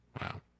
Wow